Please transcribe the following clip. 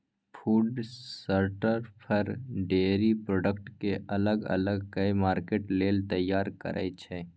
food sorter for, dairy product केँ अलग अलग कए मार्केट लेल तैयार करय छै